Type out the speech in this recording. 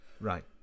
Right